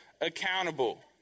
accountable